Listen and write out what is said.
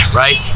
right